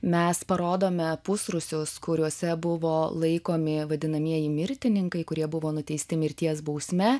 mes parodome pusrūsius kuriuose buvo laikomi vadinamieji mirtininkai kurie buvo nuteisti mirties bausme